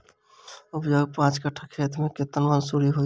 उपजाउ पांच कट्ठा खेत मे कतेक मसूरी होइ छै?